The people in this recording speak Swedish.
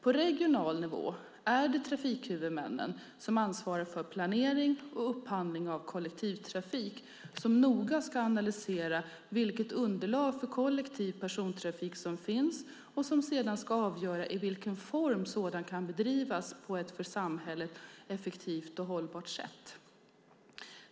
På regional nivå är det trafikhuvudmännen, som ansvarar för planering och upphandling av kollektivtrafik, som noga ska analysera vilket underlag för kollektiv persontrafik som finns och som sedan ska avgöra i vilken form sådan kan bedrivas på ett för samhället effektivt och hållbart sätt.